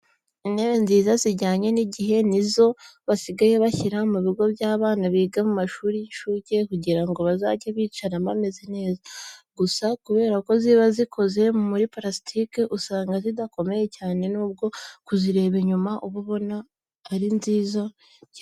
Intebe nziza zijyanye n'igihe ni zo basigaye bashyira mu bigo by'abana biga mu mashuri y'inshuke kugira ngo bazajye bicara bameze neza. Gusa kubera ko ziba zikoze muri parasitike usanga zidakomeye cyane nubwo kuzireba inyuma uba ubona zisa neza.